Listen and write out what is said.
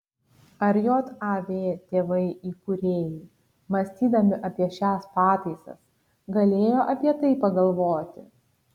ar jav tėvai įkūrėjai mąstydami apie šias pataisas galėjo apie tai pagalvoti